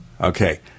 Okay